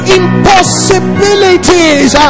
impossibilities